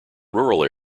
rural